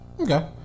Okay